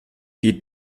die